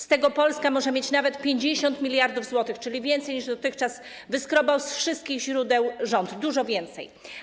Z tego Polska może mieć nawet 50 mld zł, czyli więcej, niż dotychczas wyskrobał ze wszystkich źródeł rząd - dużo więcej.